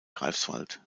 greifswald